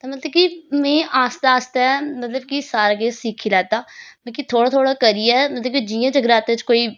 ते मतलब कि में आस्ता आस्ता मतलब कि सारा किश सिक्खी लैता मतलब कि थोह्ड़ा थोह्ड़ा करियै मतलब कि जियां जगरातें च कोई